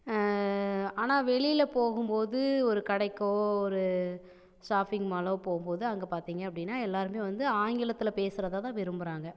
ஆனால் வெளியில் போகும்போது ஒரு கடைக்கோ ஒரு ஷாஃபிங் மாலோ போகும்போது அங்கே பார்த்திங்க அப்படின்னா எல்லாருமே வந்து ஆங்கிலத்தில் பேசுறதை தான் விரும்புறாங்க